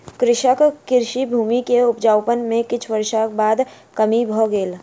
कृषकक कृषि भूमि के उपजाउपन में किछ वर्षक बाद कमी भ गेल